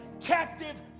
captive